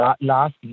last